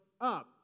up